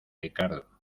ricardo